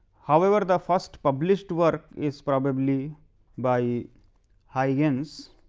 however, the first publish to our is probably by huygens